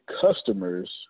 customers